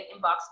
inbox